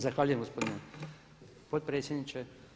Zahvaljujem gospodine potpredsjedniče.